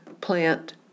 plant